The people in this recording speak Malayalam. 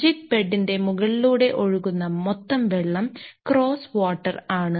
ജിഗ് ബെഡിന്റെ മുകളിലൂടെ ഒഴുകുന്ന മൊത്തം വെള്ളം ക്രോസ്സ് വാട്ടർ ആണ്